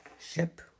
ship